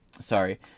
sorry